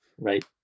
right